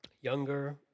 younger